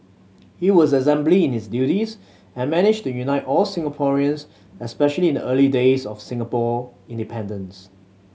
he was exemplary in his duties and managed to unite all Singaporeans especially in the early days of Singapore independence